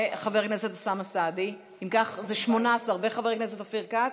את חבר הכנסת אוסאמה סעדי ואת חבר הכנסת אופיר כץ.